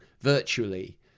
virtually